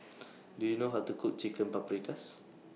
Do YOU know How to Cook Chicken Paprikas